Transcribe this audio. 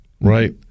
Right